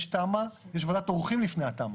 יש תמ"א, יש ועדת עורכים לפני התמ"א.